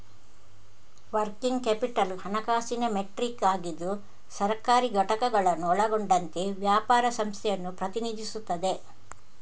working capital ಹಣಕಾಸಿನ metric ಆಗಿದ್ದು ಸರ್ಕಾರಿ ಘಟಕಗಳನ್ನು ಒಳಗೊಂಡಂತೆ ವ್ಯಾಪಾರ ಸಂಸ್ಥೆಯನ್ನು ಪ್ರತಿನಿಧಿಸುತ್ತದೆ